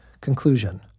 Conclusion